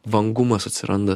vangumas atsiranda